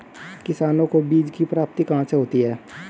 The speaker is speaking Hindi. किसानों को बीज की प्राप्ति कहाँ से होती है?